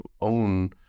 own